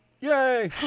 Yay